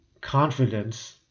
confidence